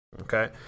Okay